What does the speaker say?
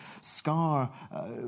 scar